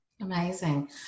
Amazing